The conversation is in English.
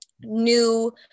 new